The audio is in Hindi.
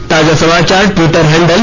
ताजा समाचार ट्विटर हैंडल